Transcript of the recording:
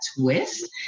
twist